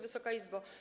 Wysoka Izbo!